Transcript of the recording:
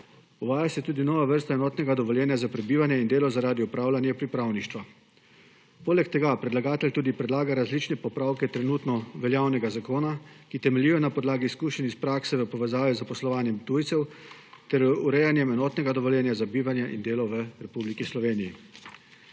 Uvaja se tudi nova vrsta enotnega dovoljenja za prebivanje in delo zaradi opravljanje pripravništva. Poleg tega predlagatelj tudi predlaga različne popravke trenutno veljavnega zakona, ki temeljijo na podlagi izkušenj iz prakse v povezavi z zaposlovanjem tujcev ter urejanjem enotnega dovoljenja za bivanje in delo v Republiki Sloveniji.